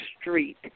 street